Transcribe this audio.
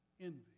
Envy